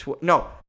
no